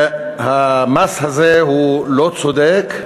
המס הזה הוא לא צודק.